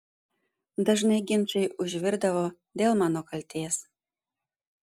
dažnai ginčai užvirdavo dėl mano kaltės